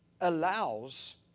allows